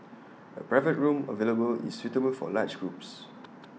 A private room available is suitable for large groups